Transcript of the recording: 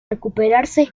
recuperarse